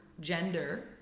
gender